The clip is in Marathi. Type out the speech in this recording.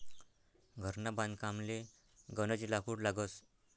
घरना बांधकामले गनज लाकूड लागस